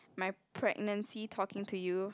my pregnancy talking to you